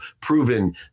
proven